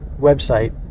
website